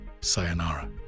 Sayonara